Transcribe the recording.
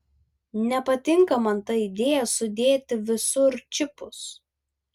nepatinka man ta idėja sudėti visur čipus